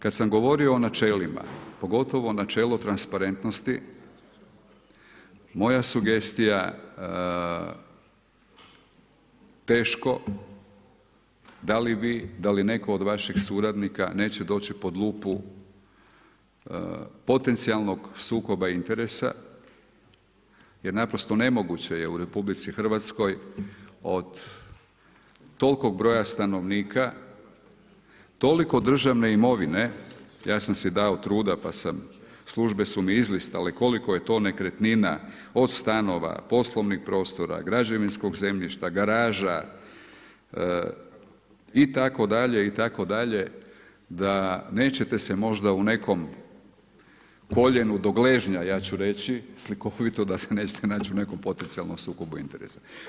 Kada sam govorio o načelima, pogotovo o načelu transparentnosti, moja sugestija, teško, da li vi, da li netko od vaših suradnika, neće doći pod lupu, potencijalnog sukoba interesa, jer naprosto nemoguće je u RH, od tolikog broja stanovnika, toliko državne imovine, ja sam si dao truda, pa sam, službe su mi izlistale koliko je to nekretnina od stanova, poslovnih prostora, građevinskog zemljišta, garaža itd., itd. da nećete se možda koljenu do gležnja, ja ću reći, slikovito, da se nećete naći u nekom potencijalnom sukobu interesa.